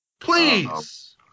Please